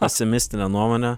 pesimistinė nuomonė